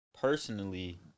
personally